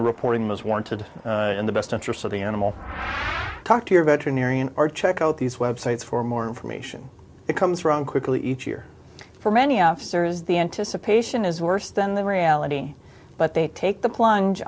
reporting was warranted and the best interests of the animal talk to your veterinarian are check out these websites for more information it comes from quickly each year for many officers the anticipation is worse than the reality but they take the plunge